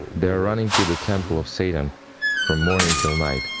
they are running to the temple of satan from morning till night,